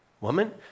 woman